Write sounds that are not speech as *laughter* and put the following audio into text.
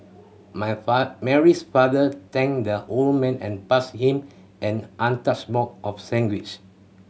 my *unintelligible* Mary's father thanked the old man and passed him an untouched box of sandwich